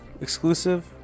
exclusive